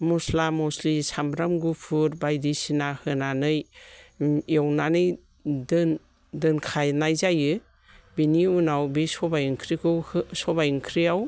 मस्ला मस्लि सामब्राम गुफुर बायदिसिना होनानै एवनानै दोनखानाय जायो बेनि उनाव बे सबाय ओंख्रियाव